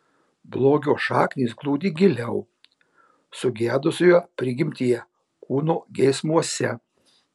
blogio šaknys glūdi giliau sugedusioje prigimtyje kūno geismuose